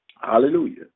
Hallelujah